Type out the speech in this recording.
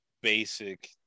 Basic